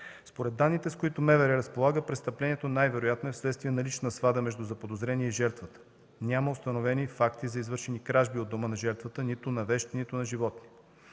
Според данните, с които МВР разполага, престъплението най-вероятно е вследствие на лична свада между заподозрения и жертвата. Няма установени факти за извършени кражби от дома на жертвата – нито на вещи, нито на животни.